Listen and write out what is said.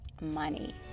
money